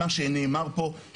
למה ממלא מקום?